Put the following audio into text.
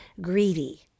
greedy